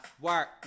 Work